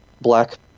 black